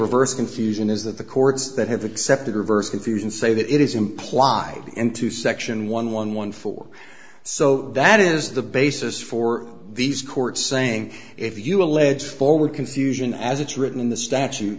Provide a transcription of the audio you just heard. reverse confusion is that the courts that have accepted reverse confusion say that it is implied in two section one one one four so that is the basis for these court saying if you allege forward confusion as it's written in the statute